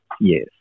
Yes